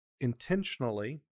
intentionally